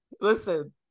Listen